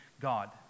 God